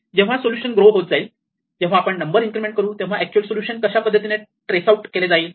जेव्हा solution grow होत जाईल जेव्हा आपण नंबर इन्क्रिमेंट करू तेव्हा अॅक्च्युअल सोलुशन कशा पद्धतीने ट्रेस आऊट केले जाईल